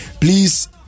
please